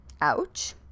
Ouch